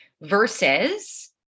versus